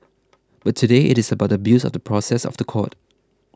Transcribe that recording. but today it is about the abuse of the process of the court